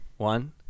One